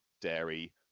dairy